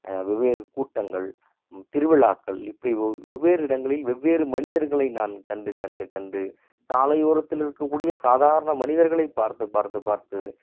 வெவ்வேறு கூட்டங்கள் திருவிழாக்கள் இப்படி வெவ்வேறு இடங்களில் வெவ்வேறு மனிதர்களை நான் கண்டு கண்டு கண்டு சாலை ஓரத்தில் இருக்கக்கூடிய சாதாரண மனிதர்களை பார்த்து பார்த்து பார்த்து